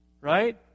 Right